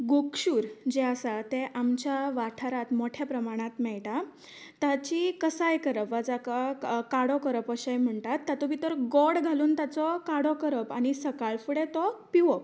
गोक्शुर जे आसा तें आमच्या वाठारांत मोट्या प्रमाणांत मेळटा ताची कसाय करप वा जाका काडो करप अशें म्हणटात तातूंत भितर गोड घालून ताचो काडो करप आनी सकाळ फुडें तो पिवप